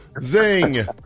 Zing